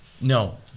No